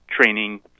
training